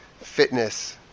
Fitness